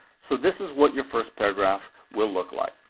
so this is what your first paragraph will look like.